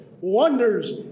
wonders